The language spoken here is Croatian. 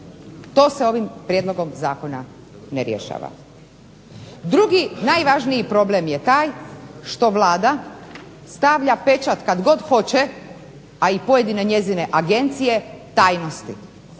to se ovim prijedlogom zakona ne rješava. Drugi najvažniji problem je taj što Vlada stavlja pečat kad god hoće, a i pojedine njezine agencije tajnosti